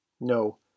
No